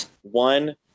One